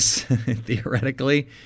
theoretically